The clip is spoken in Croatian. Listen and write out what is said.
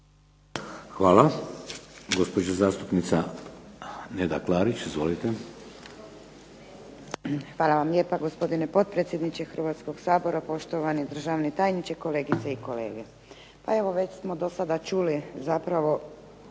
Hvala vam lijepa gospodine potpredsjedniče Hrvatskog sabora, poštovani državni tajniče, kolegice i kolege. Pa evo već smo do sada čuli zapravo